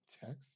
text